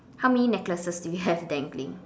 how many necklaces do you have dangling